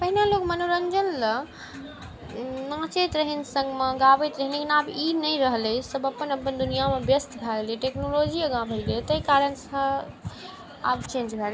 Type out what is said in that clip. पहिने लोक मनोरञ्जनलए नाचैत रहै सङ्गमे गाबैत रहै लेकिन आब ई नहि रहलै सब अपन अपन दुनिआमे व्यस्त भऽ गेलै टेक्नोलॉजी आगाँ बढ़ि गेलै ताहि कारणसँ आब चेन्ज भऽ गेलै